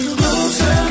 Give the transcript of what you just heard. closer